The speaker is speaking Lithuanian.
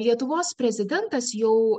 lietuvos prezidentas jau